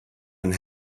and